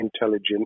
intelligent